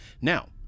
now